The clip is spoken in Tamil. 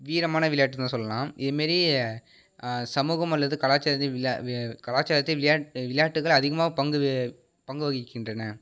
வீரமான விளையாட்டுன்னு தான் சொல்லலாம் இதை மாரி சமூகம் அல்லது கலாச்சாரத்தில் விளா கலாச்சாரத்தில் விளையா விளையாட்டுகள் அதிகமாக பங்கு பங்கு வகிக்கின்றன